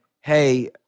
Hey